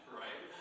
right